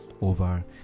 over